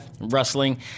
Wrestling